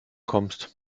kommst